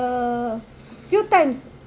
a few times